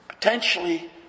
potentially